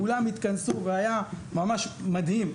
כולם התכנסו והיה ממש מדהים.